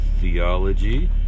Theology